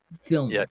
film